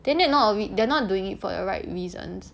then they not they're not doing it for the right reasons